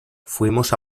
fuimos